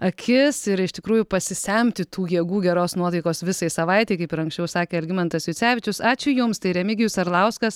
akis ir iš tikrųjų pasisemti tų jėgų geros nuotaikos visai savaitei kaip ir anksčiau sakė algimantas jucevičius ačiū jums tai remigijus arlauskas